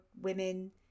women